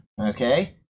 Okay